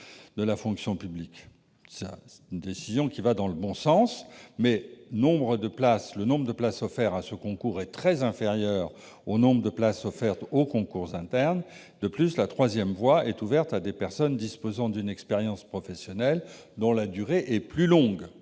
Une telle décision irait dans le bon sens, mais le nombre de places offertes selon cette procédure est très inférieur à ce qui se pratique pour les concours internes. De plus, la troisième voie est ouverte à des personnes disposant d'une expérience professionnelle dont la durée est plus longue